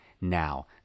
now